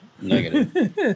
negative